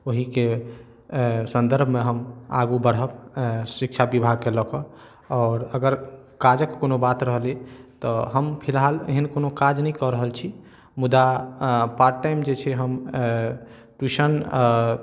ओहीके सन्दर्भमे हम आगू बढ़ब शिक्षा विभागके लअ कऽ आओर अगर काजक कोनो बात रहलै तऽ हम फिलहाल एहन कोनो काज नहि कऽ रहल छी मुदा पार्ट टाइम जे छै हम ट्यूशन